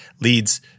leads